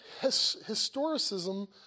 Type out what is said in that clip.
historicism